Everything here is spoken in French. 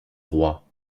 roi